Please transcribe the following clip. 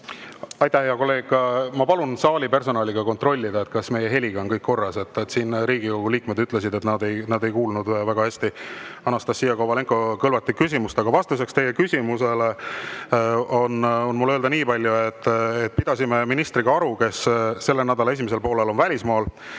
Aitäh, hea kolleeg! Ma palun saalipersonalil kontrollida, kas meie heliga on kõik korras. Riigikogu liikmed ütlesid, et nad ei kuulnud väga hästi Anastassia Kovalenko-Kõlvarti küsimust. Vastuseks teie küsimusele on mul öelda niipalju, et pidasime ministriga aru, aga ta on selle nädala esimesel poolel välismaal.